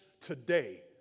today